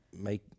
make